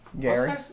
Gary